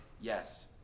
Yes